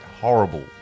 horrible